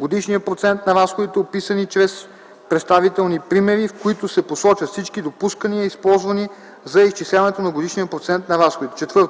годишния процент на разходите, описани чрез представителни примери, в които се посочват всички допускания, използвани за изчисляването на годишния процент на разходите; 4.